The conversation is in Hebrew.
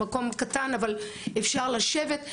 המקום קטן אבל אפשר לשבת,